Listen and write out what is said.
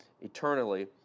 eternally